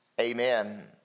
Amen